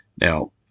Now